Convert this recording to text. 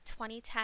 2010